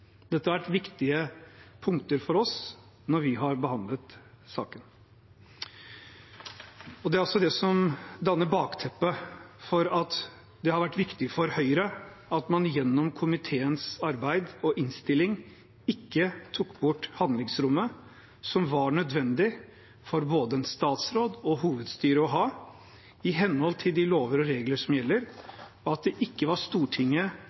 Dette har vært viktige punkter for oss når vi har behandlet saken. Det er også det som danner bakteppet for at det har vært viktig for Høyre at man gjennom komiteens arbeid og innstilling ikke tok bort det handlingsrommet som var nødvendig for både en statsråd og hovedstyret å ha i henhold til de lover og regler som gjelder, og at det ikke var Stortinget